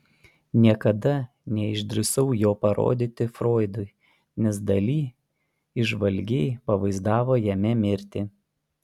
niekada neišdrįsau jo parodyti froidui nes dali įžvalgiai pavaizdavo jame mirtį